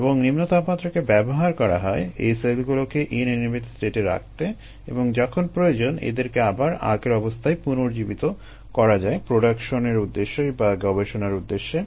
এবং নিম্ন তাপমাত্রাকে ব্যবহার করা হয় এই সেলগুলোকে ইনএনিমেট স্টেটে রাখতে এবং যখন প্রয়োজন এদেরকে আবার আগের অবস্থায় পুনর্জীবিত করা যায় প্রোডাকশনের উদ্দেশ্যে বা গবেষণার উদ্দেশ্যে